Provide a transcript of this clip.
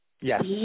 Yes